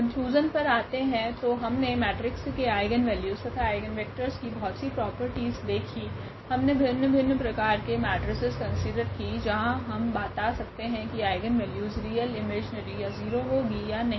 conclusion पर आते है तो हमने मेट्रिक्स के आइगनवेल्यूस तथा आइगनवेक्टरस की बहुत सी प्रॉपर्टीस देखि हमने भिन्न भिन्न प्रकार की मेट्रिसेस कन्सिडर की जहां हम बता सकते है की आइगनवेल्यूस रियल इमेजीनरी या 0 होगी या नहीं